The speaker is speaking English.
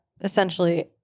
essentially